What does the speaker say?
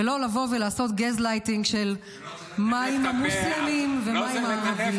ולא לעשות גזלייטינג של "מה עם המוסלמים" ו"מה עם הערבים".